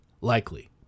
likely